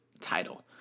title